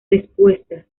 respuesta